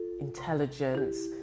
intelligence